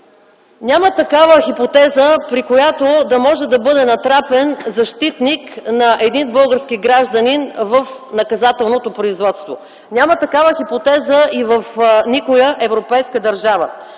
Няма такава хипотеза, при която да може да бъде натрапен защитник на един български гражданин в наказателното производство. Няма такава хипотеза и в никоя европейска държава.